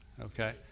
Okay